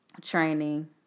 training